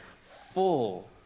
full